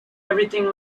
everything